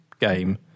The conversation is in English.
game